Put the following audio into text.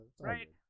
right